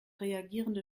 reagierende